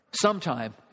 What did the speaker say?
Sometime